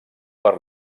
per